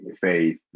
faith